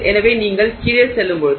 எனவே நீங்கள் கீழே செல்லும்போது